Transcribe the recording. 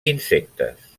insectes